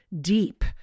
deep